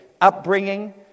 upbringing